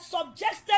subjected